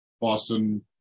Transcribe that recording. Boston